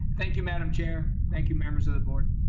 thank you, madam chair. thank you, members of the board.